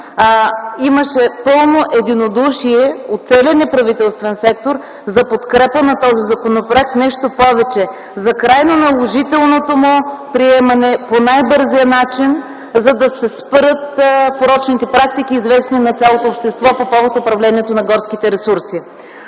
имаше пълно единодушие от целия неправителствен сектор за подкрепа на този законопроект, нещо повече, за крайно наложителното му приемане по най-бързия начин, за да се спрат порочните практики, известни на цялото общество по повод управлението на горските ресурси.